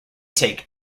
take